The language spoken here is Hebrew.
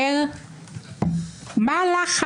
את העובדה שבית המשפט מזוהה עם צד כזה או